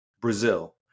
Brazil